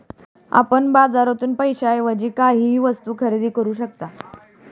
आपण बाजारातून पैशाएवजी काहीही वस्तु खरेदी करू शकता